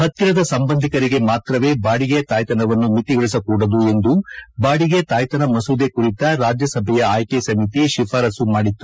ಹತ್ತಿರದ ಸಂಬಂಧಿಕರಿಗೆ ಮಾತ್ರವೇ ಬಾಡಿಗೆ ತಾಯ್ತನವನ್ನು ಮಿತಿಗೊಳಿಸ ಕೂಡದು ಎಂದು ಬಾಡಿಗೆ ತಾಯ್ತನ ಮಸೂದೆ ಕುರಿತ ರಾಜ್ಲಸಭೆಯ ಆಯ್ಲಿ ಸಮಿತಿ ಶಿಫಾರಸ್ತು ಮಾಡಿತ್ತು